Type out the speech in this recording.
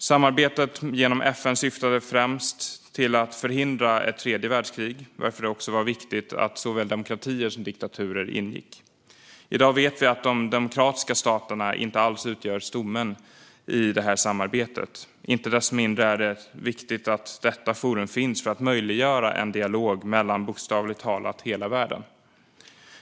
Samarbetet genom FN syftade främst till att förhindra ett tredje världskrig, varför det också var viktigt att såväl demokratier som diktaturer ingick. I dag vet vi att de demokratiska staterna inte alls utgör stommen i samarbetet. Inte desto mindre är det viktigt att detta forum finns för att möjliggöra en dialog mellan bokstavligt talat hela världen.